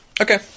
Okay